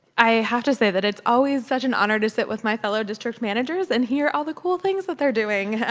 i have to say that it's always such an honor to sit with my fellow district managers and hear ah the cool things that they are doing.